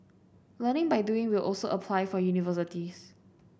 learning by doing will also apply for universities